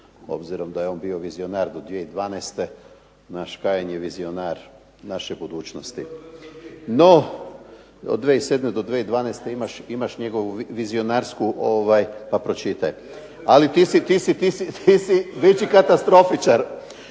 obzirom da je on bio vizionar do 2012. Naš Kajin je vizionar naše budućnosti. Od 2007. do 2012. imaš njegovu vizionarsku pa pročitaj. Ali ti si veći katastrofičar.